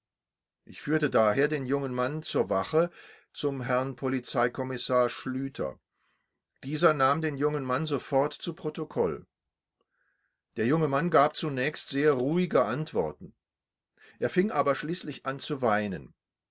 ich führte daher den jungen mann zur wache zum herrn polizeikommissar schlüter dieser nahm den jungen mann sofort zu protokoll der junge mann gab zunächst sehr ruhige antworten er fing aber schließlich an zu weinen